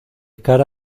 cara